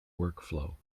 workflow